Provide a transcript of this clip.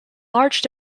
large